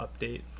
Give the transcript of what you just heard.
update